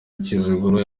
kiziguro